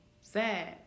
Sad